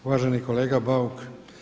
Uvaženi kolega Bauk.